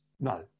no